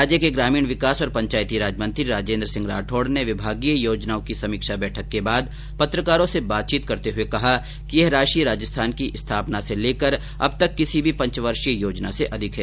राज्य के ग्रामीण विकास और पंचायती राज मंत्री राजेन्द्र सिंह राठौड़ ने विभागीय योजनाओं की समीक्षा बैठक के बाद पत्रकारों से बातचीत करते हये बताया कि यह राशि राजस्थान की स्थापना से लेकर अब तक की किसी भी पंचवर्षीय योजना से अधिक है